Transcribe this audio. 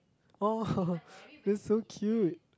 oh that's so cute